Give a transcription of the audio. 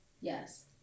Yes